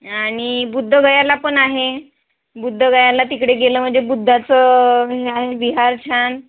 आणि बुद्धगयाला पण आहे बुद्धगयाला तिकडे गेलं म्हणजे बुद्धाचं हे आहे विहार छान